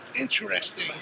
interesting